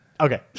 Okay